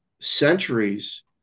centuries